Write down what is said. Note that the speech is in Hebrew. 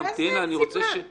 שאני רוצה להגיד להאיץ את החקיקה.